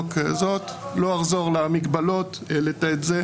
לא אחזור למגבלות, העלית אותן.